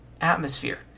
atmosphere